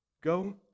Go